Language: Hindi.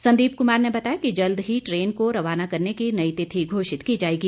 संदीप कुमार ने बताया कि जल्द ही ट्रेन को रवाना करने की नई तिथि घोषित की जाएगी